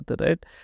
right